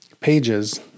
pages